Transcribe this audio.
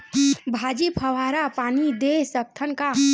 भाजी फवारा पानी दे सकथन का?